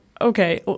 okay